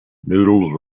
noodles